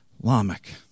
Lamech